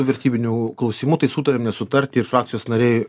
vertybinių klausimų tai sutariam nesutarti ir frakcijos nariai